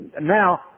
now